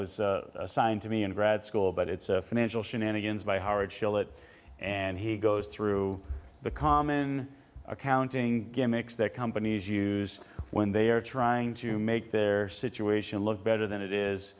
was assigned to me in grad school but it's a financial shenanigans by hardshell it and he goes through the common accounting gimmicks that companies use when they are trying to make their situation look better than it is